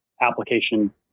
application